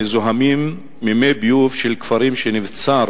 מזוהמים ממי ביוב של כפרים שנבצר